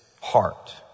heart